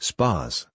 Spas